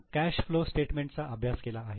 आपण cash flow statement चा अभ्यास केला आहे